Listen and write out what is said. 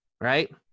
right